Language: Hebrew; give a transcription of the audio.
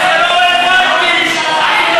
אולי לא התרגלת,